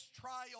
trial